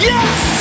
Yes